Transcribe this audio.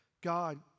God